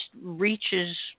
reaches